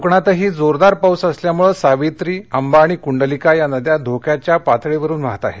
कोकणातही जोरदार पाऊस असल्यामुळे सावित्री अंबा आणि कुंडलिका या नद्या धोक्याच्या पातळीवरून वाहत आहेत